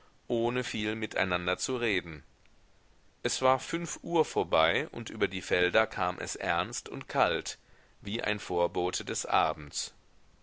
ohne viel miteinander zu reden es war fünf uhr vorbei und über die felder kam es ernst und kalt wie ein vorbote des abends